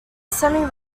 semi